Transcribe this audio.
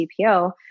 CPO